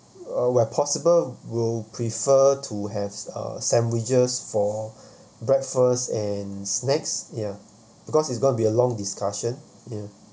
where possible we'll prefer to have uh sandwiches for breakfast and snacks ya because it's gonna be a long discussion